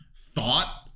thought